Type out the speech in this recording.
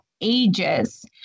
ages